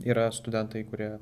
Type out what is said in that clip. yra studentai kurie